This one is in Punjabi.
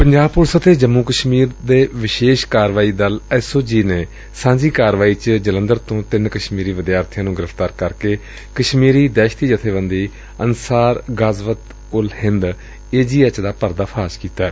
ਪੰਜਾਬ ਪੁਲਿਸ ਅਤੇ ਜੰਮੁ ਕਸ਼ਮੀਰ ਦੇ ਵਿਸ਼ੇਸ਼ ਕਾਰਵਾਈ ਦਲ ਐਸ ਓ ਜੀ ਨੇ ਸਾਂਝੀ ਕਾਰਵਾਈ ਚ ਜਲੰਧਰ ਤੋ ਤਿੰਨ ਕਸ਼ਮੀਰੀ ਵਿਦਿਆਰਬੀਆਂ ਨੂੰ ਗ੍ਰਿਫ਼ਤਾਰ ਕਰਕੇ ਕਸ਼ਮੀਰੀ ਦਹਿਸ਼ਤੀ ਜਬੇਬੰਦੀ Ansar Ghazwat ul Hind A G H ਦਾ ਪਰਦਾ ਫਾਸ਼ ਕੀਤੈ